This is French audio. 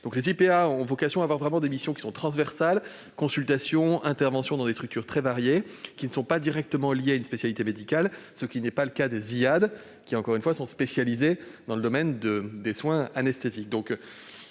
Les IPA ont vocation à se voir confier des missions vraiment transversales- consultations, interventions dans des structures très variées -, qui ne sont pas directement liées à une spécialité médicale, ce qui n'est pas le cas des IADE. Ceux-ci, je le répète, sont spécialisés dans le domaine des soins anesthésiques.